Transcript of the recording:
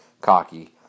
cocky